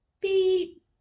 beep